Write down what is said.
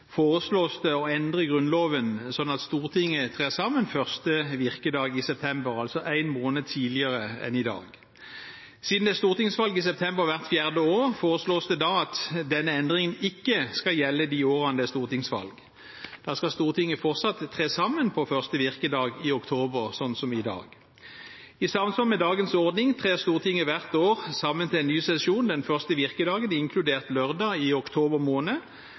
foreslås det å endre Grunnloven slik at Stortinget trer sammen første virkedag i september, altså en måned tidligere enn i dag. Siden det er stortingsvalg i september hvert fjerde år, foreslås det at denne endringen ikke skal gjelde de årene det er stortingsvalg. Da skal Stortinget fortsatt tre sammen på første virkedag i oktober, slik som i dag. I samsvar med dagens ordning trer Stortinget hvert år sammen til ny sesjon den første virkedagen, inkludert lørdag, i oktober måned,